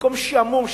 במקום שעמום,